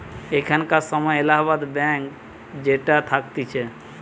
এখানকার সময় এলাহাবাদ ব্যাঙ্ক যেটা থাকতিছে